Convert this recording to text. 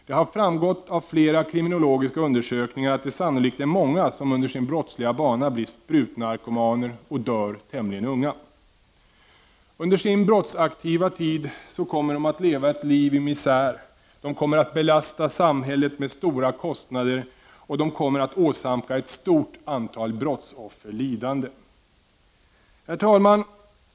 Det har framgått av flera kriminologiska undersökningar att det sannolikt är många som under sin brottsliga bana blir sprutnarkomaner och dör tämligen unga. Under sin brottsaktiva tid kommer de att leva ett liv i misär. De kommer att belasta samhället med stora kostnader och de kommer att åsamka ett stort antal brottsoffer lidande. Herr talman!